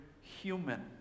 human